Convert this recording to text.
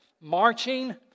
Marching